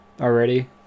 already